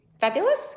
fabulous